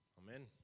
amen